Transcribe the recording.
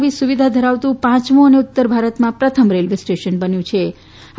આવી સુવિધા ધરાવતું પાંચમું અને ઉત્તર ભારતમાં પ્રથમ રેલવે સ્ટેશન બન્યું છેઆ